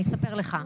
אני אספר לך.